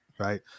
right